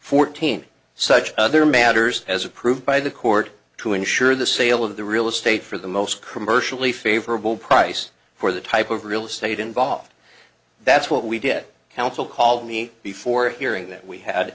fourteen such other matters as approved by the court to ensure the sale of the real estate for the most current version favorable price for the type of real estate involved that's what we did counsel called me before hearing that we had